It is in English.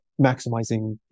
maximizing